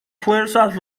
fuerzas